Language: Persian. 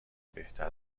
بهتر